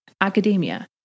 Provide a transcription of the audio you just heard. academia